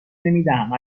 نمیدهم